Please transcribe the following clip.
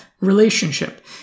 relationship